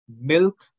milk